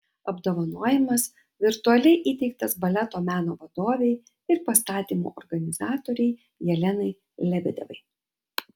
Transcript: apdovanojimas virtualiai įteiktas baleto meno vadovei ir pastatymų organizatorei jelenai lebedevai